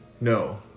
No